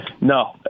No